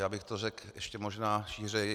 Já bych to řekl ještě možná šířeji.